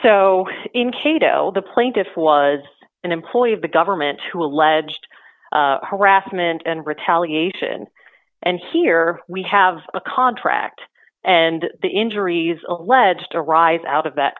so in cato the plaintiff was an employee of the government to alleged harassment and retaliation and here we have a contract and the injuries alleged arise out of that